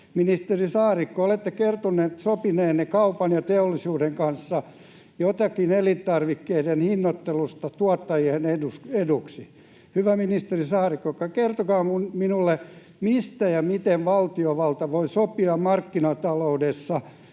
Ministeri Saarikko, olette kertonut sopineenne kaupan ja teollisuuden kanssa jotakin elintarvikkeiden hinnoittelusta tuottajien eduksi. Hyvä ministeri Saarikko, kertokaa minulle, mistä ja miten valtiovalta voi sopia markkinataloudessa